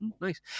nice